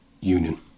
Union